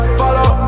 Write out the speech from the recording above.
follow